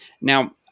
now